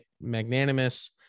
magnanimous